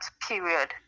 period